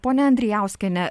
ponia andrejauskiene